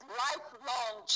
lifelong